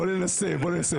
בוא ננסה, בוא ננסה.